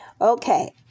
Okay